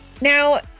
Now